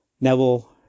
Neville